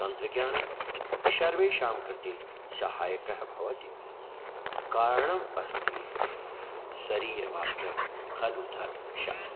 तन्त्रज्ञानं सर्वेषां कृते सहायकः भवति कारणम् अस्ति शरीरमाद्यं खलु धर्म शा